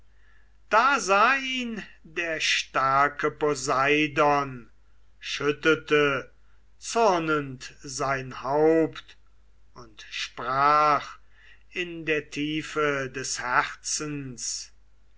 da sah ihn der starke poseidon schüttelte zürnend sein haupt und sprach in der tiefe des herzens